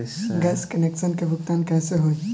Gas connection के भुगतान कैसे होइ?